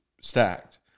stacked